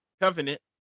covenant